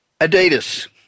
Adidas